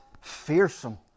fearsome